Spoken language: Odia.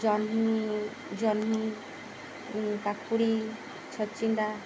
ଜହ୍ନି ଜହ୍ନି କାକୁଡ଼ି ଛଚିନ୍ଦ୍ରା